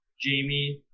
Jamie